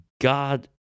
God